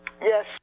Yes